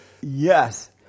Yes